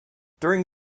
during